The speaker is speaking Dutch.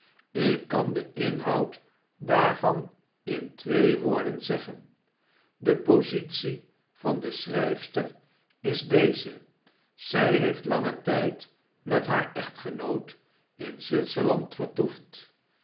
ik kan den inhoud daarvan in twee woorden zeggen de positie van de schryfster is deze zij heeft langen tyd met haar echtgenoot in zwitserland vertoefd